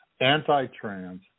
anti-trans